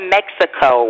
Mexico